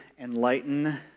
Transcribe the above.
enlighten